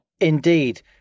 Indeed